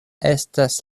estas